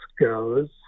goes